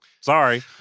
Sorry